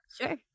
Sure